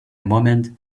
moment